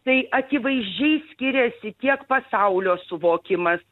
tai akivaizdžiai skiriasi tiek pasaulio suvokimas